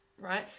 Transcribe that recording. right